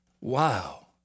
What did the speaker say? Wow